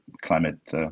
climate